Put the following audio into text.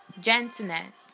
gentleness